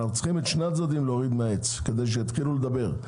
אנחנו צריכים להוריד מהעץ את שני הצדדים כדי שיתחילו לדבר.